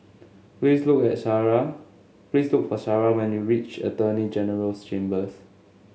please look at Shara please look for Sharawhen you reach Attorney General's Chambers